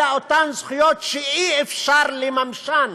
אלא זכויות שאי-אפשר לממשן